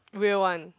real one